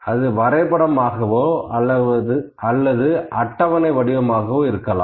அது வரைபடம் ஆகவோ அல்லது அட்டவணை வடிவமாகவும் இருக்கலாம்